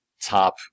top